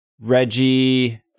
Reggie